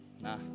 Nah